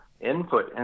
input